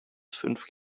fünf